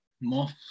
Moth